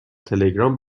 تلگرام